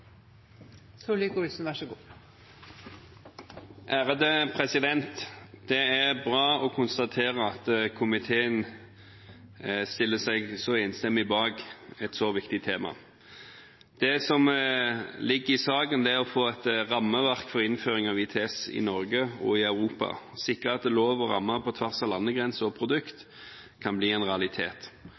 komiteen stiller seg så enstemmig bak et så viktig tema. Det som ligger i saken, er å få et rammeverk for innføring av ITS i Norge og i Europa og sikre at lov og rammer på tvers av landegrenser og produkter kan bli en realitet.